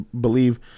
believe